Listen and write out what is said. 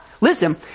listen